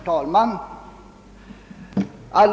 Herr talman!